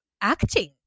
acting